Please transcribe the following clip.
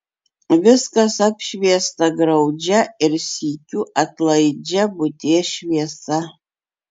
viskas apšviesta graudžia ir sykiu atlaidžia būties šviesa